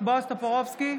בועז טופורובסקי,